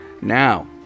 Now